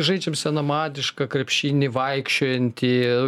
žaidžiam senamadiška krepšinį vaikščiojantį